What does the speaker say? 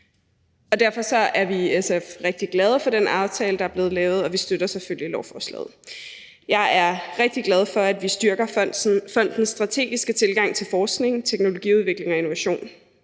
Derfor er vi i SF rigtig glade for den aftale, der er blevet lavet, og vi støtter selvfølgelig lovforslaget. Jeg er rigtig glad for, at vi styrker fondens strategiske tilgang til forskning, teknologiudvikling og innovation.